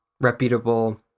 reputable